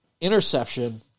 interception